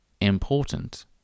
important